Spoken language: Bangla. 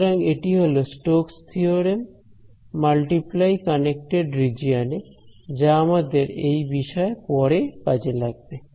সুতরাং এটি হলো Stokes theorem Stoke's theorem multiply connected region এ যা আমাদের এই বিষয়ে পরে কাজে লাগবে